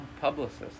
Publicist